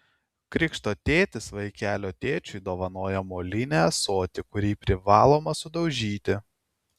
krikšto tėtis vaikelio tėčiui dovanoja molinį ąsotį kurį privaloma sudaužyti